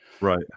Right